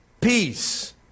peace